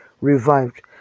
revived